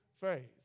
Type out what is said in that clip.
faith